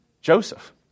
Joseph